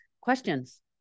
Questions